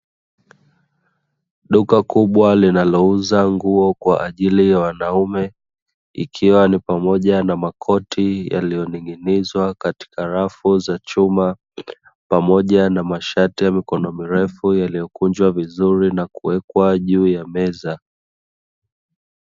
Duka kubwa linalouza nguo kwa ajili ya wanaume ikiwa ni pamoja na makoti, yaliyoning'inizwa katika rafu za chuma pamoja na mashati ya mikono mirefu, yaliyokunjwa vizuri na kuwekwa juu ya meza.